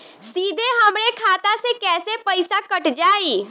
सीधे हमरे खाता से कैसे पईसा कट जाई?